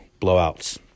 blowouts